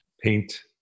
paint